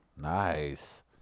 Nice